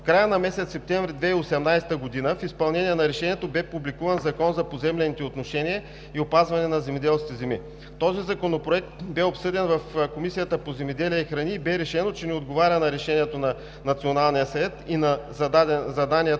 В края на месец септември 2018 г. в изпълнение на решението бе публикуван Закон за поземлените отношения и опазване на земеделските земи. Този законопроект бе обсъден в Комисията по земеделието и храните и бе решено, че не отговаря на решението на Националния съвет и на заданието,